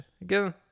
again